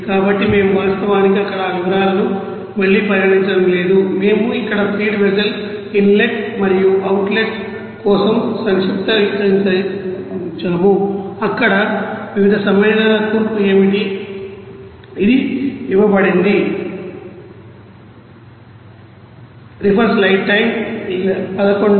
కాబట్టి మేము వాస్తవానికి ఇక్కడ ఆ వివరాలను మళ్ళీ పరిగణించడం లేదు మేము ఇక్కడ ఫీడ్ వెసల్ ఇన్లెట్ మరియు అవుట్ లెట్ కోసం సంక్షిప్తీకరించాము అక్కడ వివిధ సమ్మేళనాల కూర్పు ఏమిటి ఇది ఇవ్వబడింది